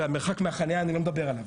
והמרחק מהחניה אני לא מדבר עליו.